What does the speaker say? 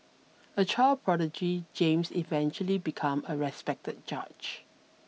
a child prodigy James eventually became a respected judge